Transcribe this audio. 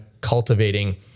cultivating